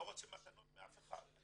לאר רוצה מתנות מאף אחד.